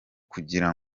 kugira